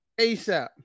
ASAP